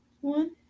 One